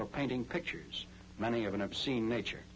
for painting pictures many of an obscene nature